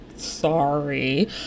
sorry